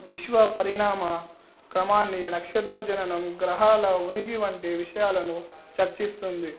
విశ్వ పరిణామ క్రమాన్ని నక్షత్ర జననం గ్రహాల ఉనికి వంటి విషయాలను చర్చిస్తుంది